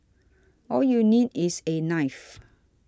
all you need is a knife